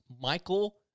Michael